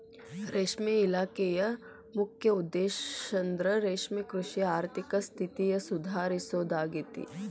ರೇಷ್ಮೆ ಇಲಾಖೆಯ ಮುಖ್ಯ ಉದ್ದೇಶಂದ್ರ ರೇಷ್ಮೆಕೃಷಿಯ ಆರ್ಥಿಕ ಸ್ಥಿತಿನ ಸುಧಾರಿಸೋದಾಗೇತಿ